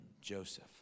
Joseph